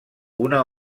una